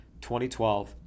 2012